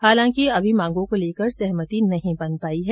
हालांकि अभी मांगों को लेकर सहमति नहीं बन पाई है